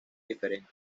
diferente